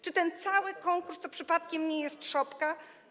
Czy ten cały konkurs to przypadkiem nie jest szopka?